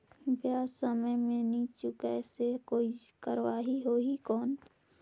ब्याज समय मे नी चुकाय से कोई कार्रवाही होही कौन?